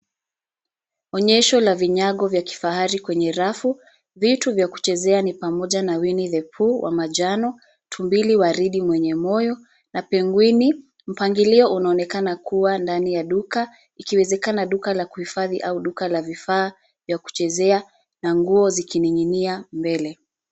Onyesho la vinyago vya kifahari kwenye rafu. Vitu vya kuchezea ni pamoja na Winnie the Pooh wa manjano, tumbili waridi mwenye moyo na penguini . Mpangilio unaonekana kuwa ndani ya duka; ikiwezekana duka la kuhifadhi au duka la vifaa vya kuchezea na nguo zikining'inia mbele.